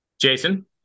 Jason